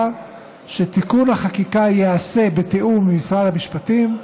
שתיקון החקיקה ייעשה בתיאום עם משרד המשפטים,